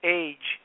age